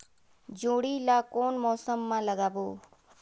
जोणी ला कोन मौसम मा लगाबो?